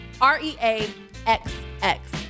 R-E-A-X-X